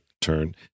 turn